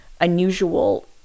unusual